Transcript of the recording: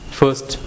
first